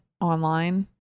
online